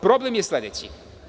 Problem je sledeći.